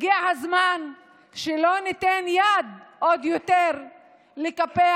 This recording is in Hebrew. הגיע הזמן שלא ניתן יד עוד יותר לקפח